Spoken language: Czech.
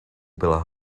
byla